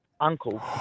uncle